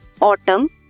autumn